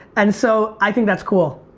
and so, i think that's cool.